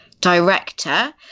director